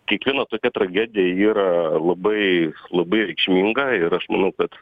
kiekviena tokia tragedija yra labai labai reikšminga ir aš manau kad